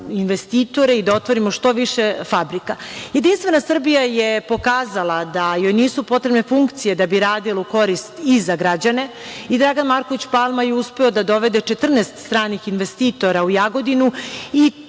investitore i da otvorimo što više fabrika. Jedinstvena Srbija je pokazala da joj nisu potrebne funkcije da bi radila u korist i za građane i Dragan Marković Palma je uspeo da dovede 14 stranih investitora u Jagodinu i